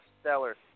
stellar